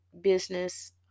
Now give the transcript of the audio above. business